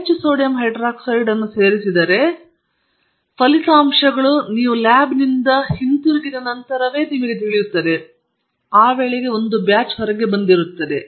ನೀವು ಹೆಚ್ಚು sodium hydroxide ಅನ್ನು ಸೇರಿಸಿದ್ದರೆ ಫಲಿತಾಂಶಗಳು ಲ್ಯಾಬ್ನಿಂದ ಹಿಂತಿರುಗಿದ ನಂತರ ಮಾತ್ರ ನಿಮಗೆ ತಿಳಿಯುತ್ತದೆ ಆ ವೇಳೆಗೆ ಬ್ಯಾಚ್ ಹೋಗಿದೆ